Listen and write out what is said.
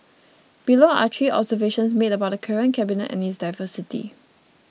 below are three observations made about the current cabinet and its diversity